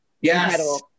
yes